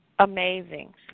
Amazing